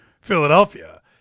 Philadelphia